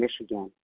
Michigan